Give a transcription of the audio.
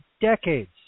decades